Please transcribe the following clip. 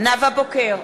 נאוה בוקר,